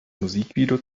musikvideo